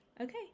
Okay